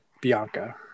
Bianca